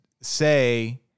say